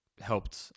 helped